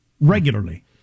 regularly